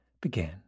began